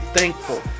thankful